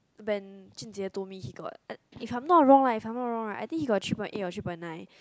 when jun-jie told me he got if I am not wrong lah not wrong lah I think he got three point eight or three point nine